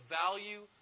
value